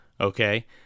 okay